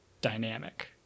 dynamic